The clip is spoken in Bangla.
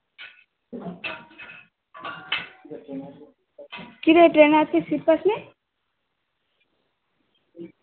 কিরে ট্রেনে আজকে সিট পাস নি